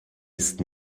ist